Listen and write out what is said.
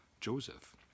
Joseph